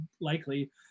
likely